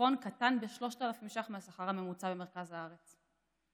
הצפון קטן ב-3,000 שקל מהשכר הממוצע במרכז הארץ,